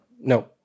No